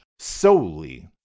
solely